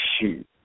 Shoot